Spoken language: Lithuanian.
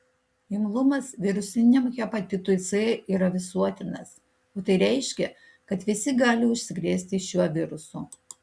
imlumas virusiniam hepatitui c yra visuotinas o tai reiškia kad visi gali užsikrėsti šiuo virusu